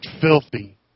filthy